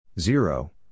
Zero